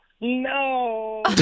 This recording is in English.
No